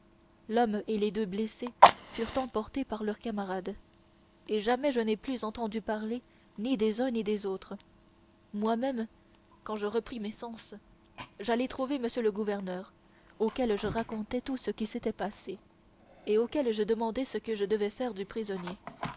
mort et les deux blessés furent emportés par leurs camarades et jamais je n'ai plus entendu parler ni des uns ni des autres moi-même quand je repris mes sens j'allai trouver m le gouverneur auquel je racontai tout ce qui s'était passé et auquel je demandai ce que je devais faire du prisonnier